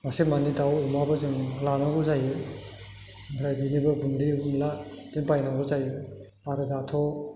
मासे मानै दाउ अमाबो जों लानांगौ जायो ओमफ्राय बेनोबो गुन्दै गुनला बायनांगौ जायो आरो दाथ'